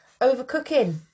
Overcooking